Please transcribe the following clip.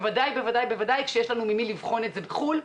בוודאי כשיש לנו ממי לבחון את זה בחו"ל,